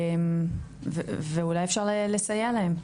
אולי אפשר לסייע להם.